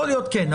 יכול להיות, כן.